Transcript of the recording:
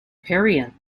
perianth